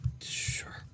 Sure